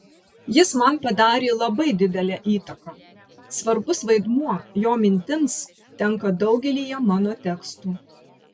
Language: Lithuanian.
jis man padarė labai didelę įtaką svarbus vaidmuo jo mintims tenka daugelyje mano tekstų